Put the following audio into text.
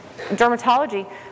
dermatology